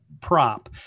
prop